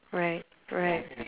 right right